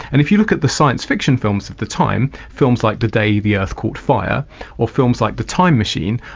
and if you look at the science fiction films of the time, films like the day the earth caught fire or films like the time machine,